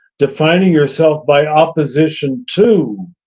defining yourself by opposition to,